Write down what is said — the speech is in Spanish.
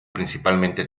principalmente